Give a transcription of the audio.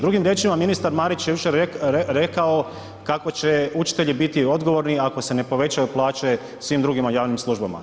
Drugim riječima, ministar Marić je jučer rekao kako će učitelji biti odgovorni ako se ne povećaju plaće svim drugima u javnim službama.